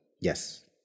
Yes